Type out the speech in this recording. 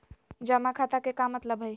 जमा खाता के का मतलब हई?